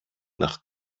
nach